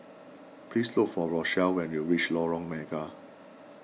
please look for Rochelle when you reach Lorong Mega